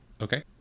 Okay